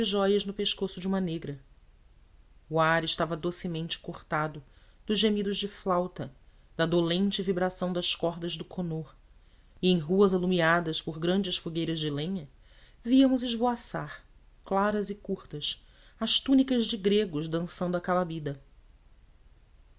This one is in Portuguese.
jóias no pescoço de uma negra o ar estava docemente cortado dos gemidos de flauta da dolente vibração das cordas do konnor e em ruas alumiadas por grandes fogueiras de lenha víamos esvoaçar claras e curtas as túnicas de gregos dançando a calabida